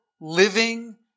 living